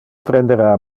prendera